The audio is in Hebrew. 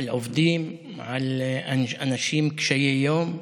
על עובדים, על אנשים קשי-יום,